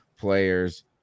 players